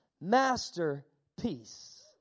masterpiece